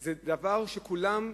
הוא דבר ששווה לכולם.